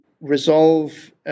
resolve